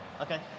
Okay